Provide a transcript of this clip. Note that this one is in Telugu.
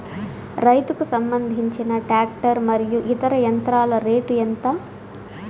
రైతుకు సంబంధించిన టాక్టర్ మరియు ఇతర యంత్రాల రేటు ఎంత?